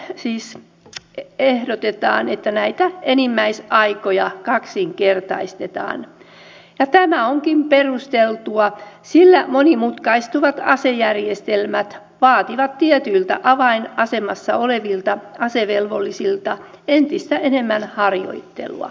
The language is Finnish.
nyt ehdotetaan että näitä enimmäisaikoja kaksinkertaistetaan ja tämä onkin perusteltua sillä monimutkaistuvat asejärjestelmät vaativat tietyiltä avainasemassa olevilta asevelvollisilta entistä enemmän harjoittelua